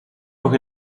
nog